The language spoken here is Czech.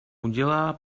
udělá